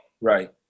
Right